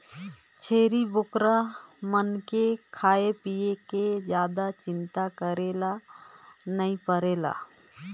छेरी बोकरा मन के खाए पिए के जादा चिंता करे ले नइ परे